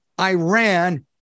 Iran